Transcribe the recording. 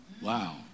wow